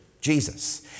Jesus